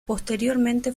posteriormente